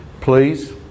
please